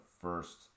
first